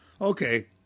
Okay